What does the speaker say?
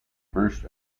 burst